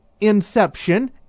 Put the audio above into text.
Inception